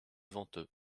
venteux